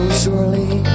surely